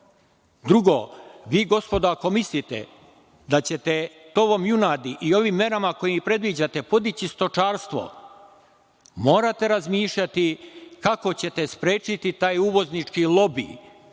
robu. Drugo, gospodo, ako mislite da ćete tovom junadi i ovim merama kojim predviđate podići stočarstvo, morate razmišljati kako ćete sprečiti taj uvoznički lobi